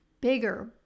bigger